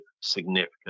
significant